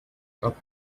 top